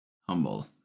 humble